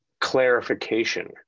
clarification